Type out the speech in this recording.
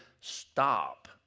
stop